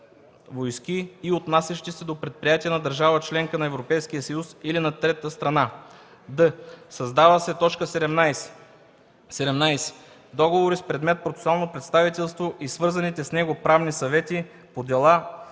д) създава се т. 17: „17. договори с предмет процесуално представителство и свързаните с него правни съвети по дела